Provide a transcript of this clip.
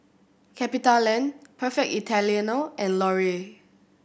CapitaLand Perfect Italiano and Laurier